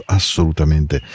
assolutamente